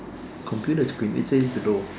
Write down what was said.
computer screen it says below